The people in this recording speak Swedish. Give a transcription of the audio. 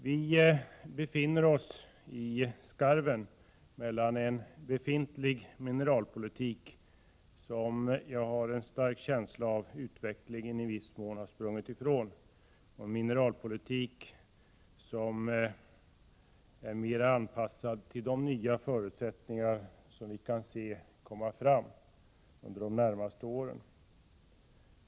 Vi befinner oss nu i skarven mellan en befintlig mineralpolitik, som — har jag en stark känsla av — utvecklingen i viss mån har sprungit ifrån, och en mineralpolitik som mera är anpassad till de nya förutsättningar som vi kan se framför oss under de närmaste åren.